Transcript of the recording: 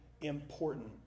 important